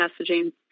messaging